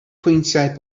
pwyntiau